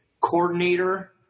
coordinator